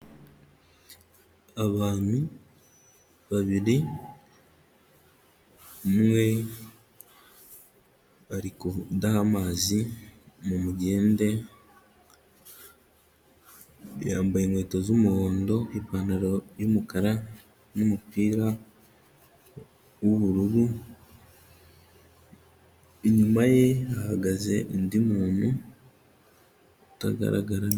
Abantu babiri umwe barikudaha amazi mu mugende, yambaye inkweto z'umuhondo, ipantaro y'umukara n'umupira w'ubururu, inyuma ye hagaze undi muntu utagaragara.